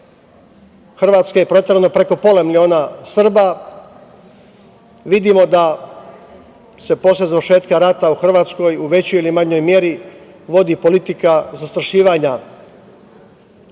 Hrvatske je proterano preko pola miliona Srba. Vidimo da se posle završetka rata u Hrvatskoj u većoj ili manjoj meri vodi politika zastrašivanja ne samo